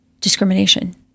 discrimination